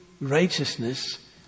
righteousness